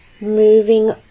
Moving